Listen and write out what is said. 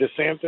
DeSantis